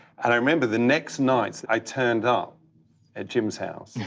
and i remember the next night i turned up at jim's house.